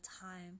time